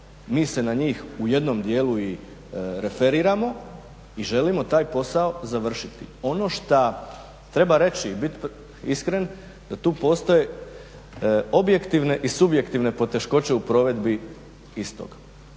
Mi se na njih u jednom dijelu i referiramo i želimo taj posao završiti. Ono šta treba reći i bit iskren da tu postoje objektivne i subjektivne poteškoće u provedbi istog.